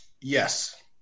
Yes